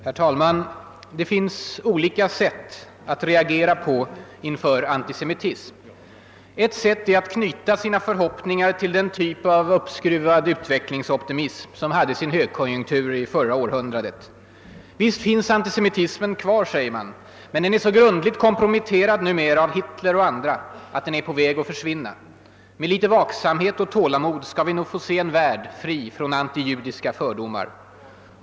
Herr talman! Det finns olika sätt att reagera på inför antisemitism. Ett sätt är att knyta sina förhoppningar till den typ av uppskruvad utvecklingsoptimism som hade sin högkonjunktur i förra århundradet. Visst finns antisemitismen kvar, säger man, men den är numera så grundligt komprometterad, av Hitler och andra, att den är på väg att försvinna. Med litet vaksamhet och tålamod skall vi nog få se en värld fri från antijudiska fördomar.